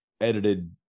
edited